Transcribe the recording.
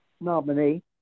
nominee